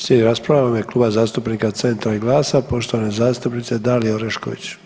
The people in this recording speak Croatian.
Slijedi rasprava u ime Kluba zastupnika Centra i GLAS-a poštovane zastupnice Dalije Orešković.